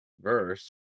verse